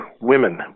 women